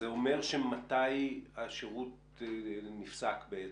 זה אומר שמתי השירות נפסק בעצם?